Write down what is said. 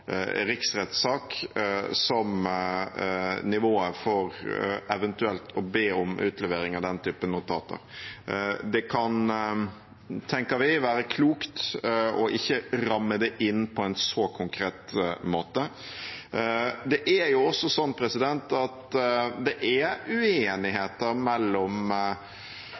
riksrettssak som nivået for eventuelt å be om utlevering av den typen notater. Det kan, tenker vi, være klokt ikke å ramme det inn på en så konkret måte. Det er også slik at det er uenigheter mellom